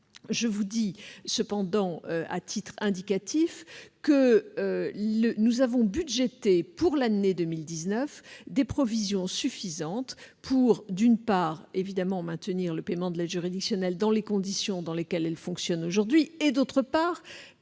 je vous présente. Cependant, je vous indique que nous avons budgété pour l'année 2019 des provisions suffisantes pour, d'une part, évidemment, maintenir le paiement de l'aide juridictionnelle dans les conditions dans lesquelles elle fonctionne aujourd'hui, et, d'autre part,